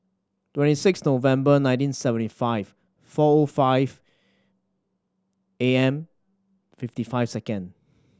twenty six November nineteen seventy five four O five A M fifty five second